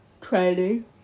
training